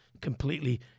completely